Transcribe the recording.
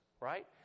Right